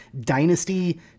dynasty